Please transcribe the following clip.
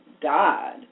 God